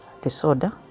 disorder